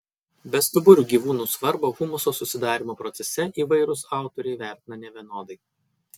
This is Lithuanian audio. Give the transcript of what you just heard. bestuburių gyvūnų svarbą humuso susidarymo procese įvairūs autoriai vertina nevienodai